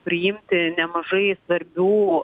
priimti nemažai svarbių